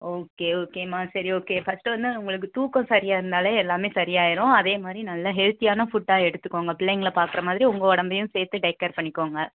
okay ஓகேம்மா சரி okay first வந்து உங்களுக்கு தூக்கம் சரியாக இருந்தாலே எல்லாம் சரியாகிரும் அதேமாதிரி நல்ல ஹெல்த்தியான ஃபுட்டாக எடுத்துக்கங்க பிள்ளைங்களை பாக்கிற மாதிரி உங்கள் உடம்பையும் சேர்த்து டேக் கேர் பண்ணிக்கங்க